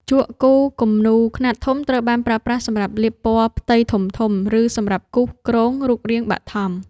ជក់គូរគំនូរខ្នាតធំត្រូវបានប្រើប្រាស់សម្រាប់លាបពណ៌ផ្ទៃធំៗ ឬសម្រាប់គូសគ្រោងរូបរាងបឋម។